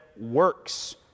works